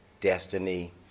destiny